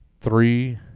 Three